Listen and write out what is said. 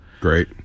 great